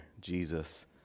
Jesus